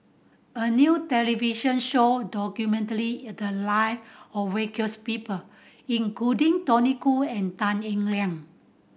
a new television show documently the live of people including Tony Khoo and Tan Eng Liang